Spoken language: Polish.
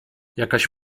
jakaś